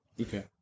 Okay